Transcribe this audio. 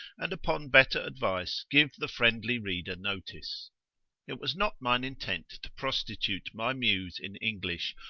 and upon better advice give the friendly reader notice it was not mine intent to prostitute my muse in english,